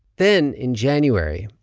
then, in january,